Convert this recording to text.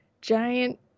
giant